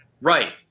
Right